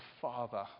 father